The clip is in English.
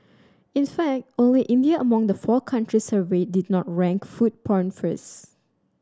in fact only India among the four countries surveyed did not rank food porn first